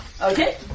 Okay